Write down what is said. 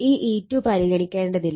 ഈ E2 പരിഗണിക്കേണ്ടതില്ല